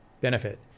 benefit